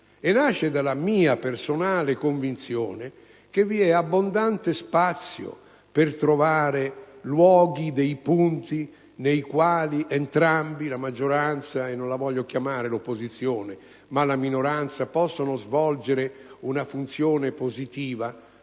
Nasce dalla mia personale convinzione che vi è abbondante spazio per trovare luoghi, punti nei quali entrambi gli schieramenti, maggioranza e - non la voglio chiamare opposizione - minoranza, possano svolgere una funzione positiva,